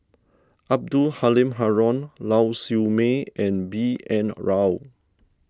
Abdul Halim Haron Lau Siew Mei and B N Rao